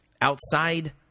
outside